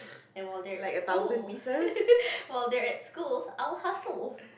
and while they're at school while they're at school I'll hustle